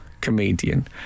comedian